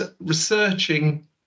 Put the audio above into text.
researching